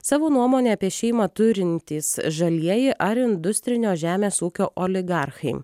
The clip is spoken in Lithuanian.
savo nuomonę apie šeimą turintys žalieji ar industrinio žemės ūkio oligarchai